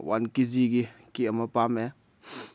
one ꯀꯦꯖꯤꯒꯤ cake ꯑꯃ ꯄꯥꯝꯃꯦ